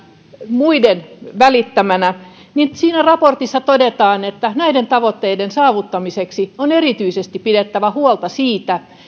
muiden välittämänä niin siinä raportissa todetaan että näiden tavoitteiden saavuttamiseksi on erityisesti pidettävä huolta siitä